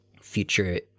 future